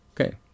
Okay